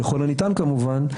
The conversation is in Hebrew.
ככל הניתן כמובן,